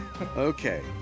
Okay